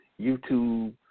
YouTube